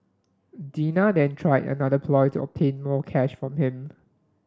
Dina then tried another ploy to obtain more cash from him